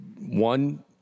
one